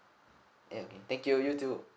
okay thank you you too